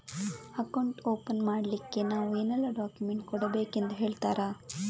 Account open ಮಾಡ್ಲಿಕ್ಕೆ ನಾವು ಏನೆಲ್ಲ ಡಾಕ್ಯುಮೆಂಟ್ ಕೊಡಬೇಕೆಂದು ಹೇಳ್ತಿರಾ?